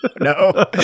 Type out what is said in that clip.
No